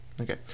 Okay